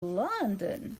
london